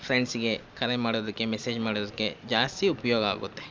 ಫ್ರೆಂಡ್ಸಿಗೆ ಕರೆ ಮಾಡೋದಕ್ಕೆ ಮೆಸೇಜ್ ಮಾಡೋದಕ್ಕೆ ಜಾಸ್ತಿ ಉಪಯೋಗ ಆಗುತ್ತೆ